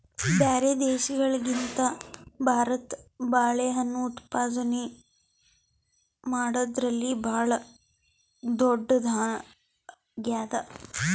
ಬ್ಯಾರೆ ದೇಶಗಳಿಗಿಂತ ಭಾರತ ಬಾಳೆಹಣ್ಣು ಉತ್ಪಾದನೆ ಮಾಡದ್ರಲ್ಲಿ ಭಾಳ್ ಧೊಡ್ಡದಾಗ್ಯಾದ